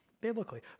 Biblically